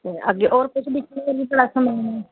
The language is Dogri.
ते अग्गै और कुछ और बाशिंग मशीन